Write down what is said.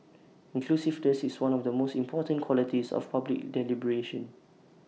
inclusiveness is one of the most important qualities of public deliberation